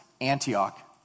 Antioch